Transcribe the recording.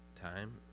Time